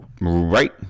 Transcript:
Right